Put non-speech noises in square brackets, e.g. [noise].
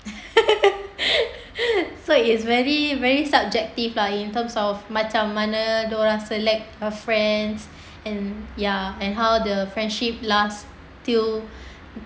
[laughs] so it's very very subjective lah in terms of macam mana dia orang select uh friends and ya and how the friendship last till